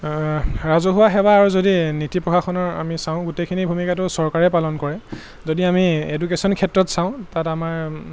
ৰাজহুৱা সেৱা আৰু যদি নীতি প্ৰশাসনৰ আমি চাওঁ গোটেইখিনি ভূমিকাটো চৰকাৰে পালন কৰে যদি আমি এডুকেশ্যন ক্ষেত্ৰত চাওঁ তাত আমাৰ